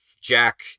Jack